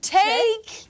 take